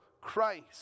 Christ